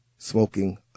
Smoking